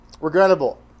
Regrettable